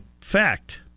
fact